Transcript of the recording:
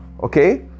Okay